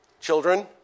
Children